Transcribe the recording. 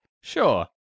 Sure